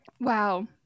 wow